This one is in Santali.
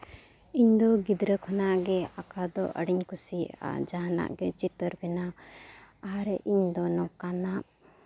ᱤᱧᱫᱚ ᱜᱤᱫᱽᱨᱟᱹ ᱠᱷᱚᱱᱟᱜ ᱜᱮ ᱟᱸᱠᱟᱣ ᱫᱚ ᱟᱹᱰᱤᱧ ᱠᱩᱥᱤᱭᱟᱜᱼᱟ ᱡᱟᱦᱟᱱᱟᱜ ᱜᱮ ᱪᱤᱛᱟᱹᱨ ᱵᱮᱱᱟᱣ ᱟᱨ ᱤᱧᱫᱚ ᱱᱚᱝᱠᱟᱱᱟᱜ